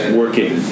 working